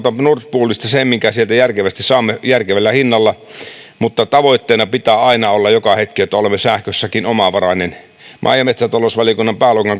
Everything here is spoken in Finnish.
poolista sen minkä sieltä järkevästi saamme järkevällä hinnalla mutta tavoitteena pitää aina olla joka hetki että olemme sähkössäkin omavarainen maa ja metsätalousvaliokunnan pääluokan